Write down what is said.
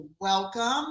welcome